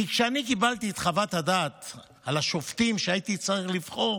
כי כשאני קיבלתי את חוות הדעת על השופטים שהייתי צריך לבחור,